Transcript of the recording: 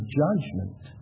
judgment